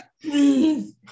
Please